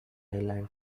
island